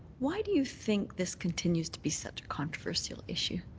why do you think this continues to be such a controversial issue?